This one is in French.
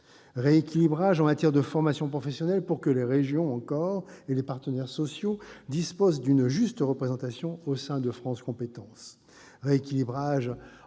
rééquilibrage en matière de formation professionnelle, pour que les régions, encore, et les partenaires sociaux disposent d'une juste représentation au sein de France compétences ; rééquilibrage en matière d'assurance